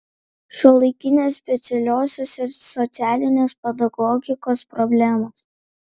šiuolaikinės specialiosios ir socialinės pedagogikos problemos